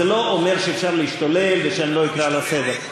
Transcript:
זה לא אומר שאפשר להשתולל ושאני לא אקרא לסדר.